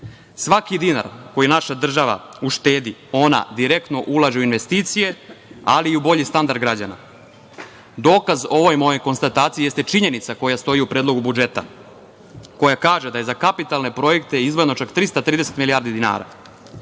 dinar koji naša država uštedi, ona direktno ulaže u investicije, ali i u bolji standard građana. Dokaz o ovoj mojoj konstataciji jeste činjenica koja stoji u Predlogu budžeta koja kaže da je za kapitalne projekte izdvojeno čak 330 milijardi dinara. Istim